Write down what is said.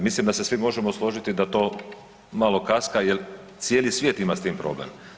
Mislim da se svi možemo složiti da to malo kasna jel cijeli svijet ima s tim problem.